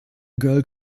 girl